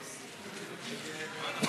סעיף 13,